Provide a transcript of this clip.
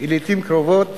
היא לעתים קרובות